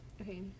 Okay